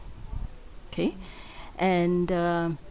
okay and uh